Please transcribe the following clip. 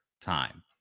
time